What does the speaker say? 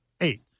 eight